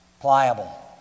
pliable